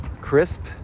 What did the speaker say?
crisp